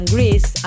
Greece